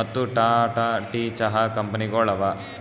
ಮತ್ತ ಟಾಟಾ ಟೀ ಚಹಾ ಕಂಪನಿಗೊಳ್ ಅವಾ